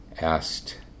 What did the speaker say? asked